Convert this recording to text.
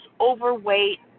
overweight